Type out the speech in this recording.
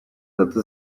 tatu